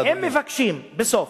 והם מבקשים, בסוף